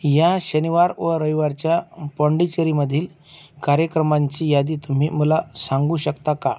या शनिवार व रविवारच्या पाँडेचेरीमधील कार्यक्रमांची यादी तुम्ही मला सांगू शकता का